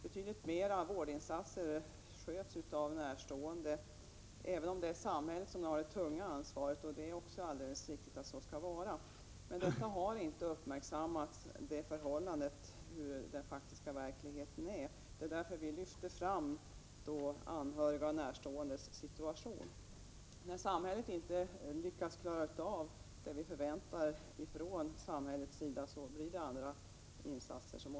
Betydligt fler vårdinsatser utförs av närstående, även om det är samhället som har det tunga ansvaret, vilket det helt riktigt också skall ha. Men det förhållande som faktiskt råder i verkligheten har inte uppmärksammats. Det är därför som vi lyfter fram anhörigas och närståendes situation. När samhället inte lyckas klara av det vi förväntar oss av samhället, måste andra insatser till.